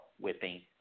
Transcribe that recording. whipping